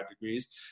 degrees